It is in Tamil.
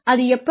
அது எப்படி